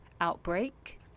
outbreak